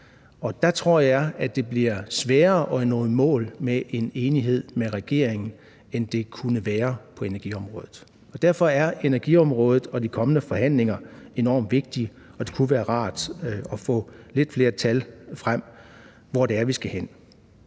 Og der tror jeg, at det bliver sværere at nå i mål i enighed med regeringen end på energiområdet. Derfor er energiområdet og de kommende forhandlinger enormt vigtige, og det kunne være rart at få lidt flere tal frem om, hvor det er, vi skal hen.